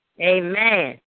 Amen